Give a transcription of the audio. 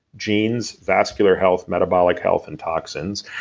genes, vascular health, metabolic health, and toxins,